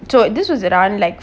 so this was around like